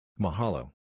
Mahalo